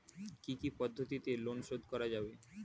কি কি পদ্ধতিতে লোন শোধ করা যাবে?